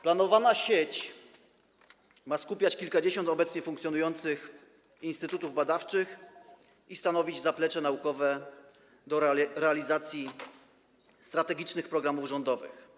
Planowana sieć ma skupiać kilkadziesiąt obecnie funkcjonujących instytutów badawczych i stanowić zaplecze naukowe do realizacji strategicznych programów rządowych.